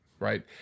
Right